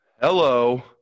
Hello